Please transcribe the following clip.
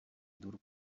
dur